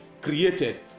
created